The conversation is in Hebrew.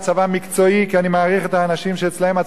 כי אני מעריך את האנשים שאצלם הצבא הוא ערך,